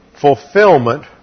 fulfillment